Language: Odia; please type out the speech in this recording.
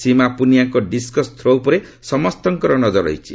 ସୀମା ପୁନିଆଙ୍କ ଡିସ୍କସ୍ ଥ୍ରୋ ଉପରେ ସମସ୍ତଙ୍କର ନଜର ରହିଛି